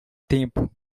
tempo